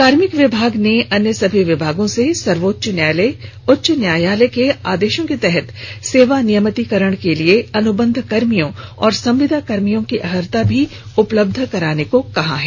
कार्मिक विभाग ने अन्य सभी विभागों से सर्वोच्च न्यायालय उच्च न्यायालय के आदेशों के तहत सेवा नियमितीकरण के लिए अनुबंध कर्मियों और संविदा कर्मियों की अर्हता भी उपलब्ध कराने को कहा है